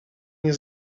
nie